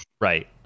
right